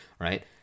right